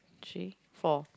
three four